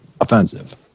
offensive